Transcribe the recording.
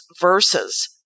verses